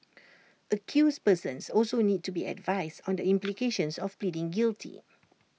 accused persons also need to be advised on the implications of pleading guilty